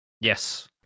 Yes